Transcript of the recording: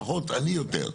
אני יותר.